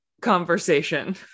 conversation